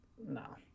No